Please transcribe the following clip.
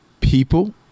people